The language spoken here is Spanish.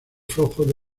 flojo